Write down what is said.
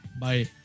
Bye